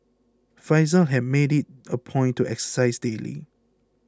faizal had made it a point to exercise daily